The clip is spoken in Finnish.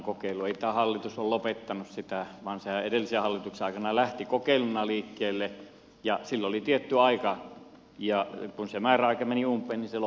ei tämä hallitus ole lopettanut sitä vaan sehän edellisen hallituksen aikana lähti kokeiluna liikkeelle ja sillä oli tietty aika ja kun se määräaika meni umpeen niin se loppui siihen sitten